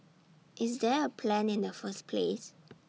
is there A plan in the first place